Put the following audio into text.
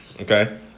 okay